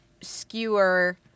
skewer